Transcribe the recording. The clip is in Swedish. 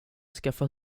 skaffa